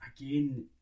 again